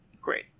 great